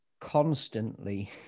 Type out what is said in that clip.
constantly